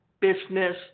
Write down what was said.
business